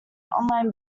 online